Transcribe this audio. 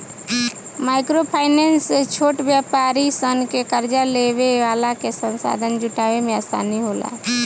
micro finance से छोट व्यापारी सन के कार्जा लेवे वाला के संसाधन जुटावे में आसानी होला